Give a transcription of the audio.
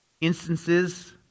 instances